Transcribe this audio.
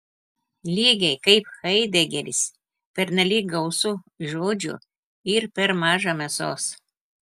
lygiai kaip haidegeris pernelyg gausu žodžių ir per maža mėsos